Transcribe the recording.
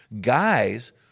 guys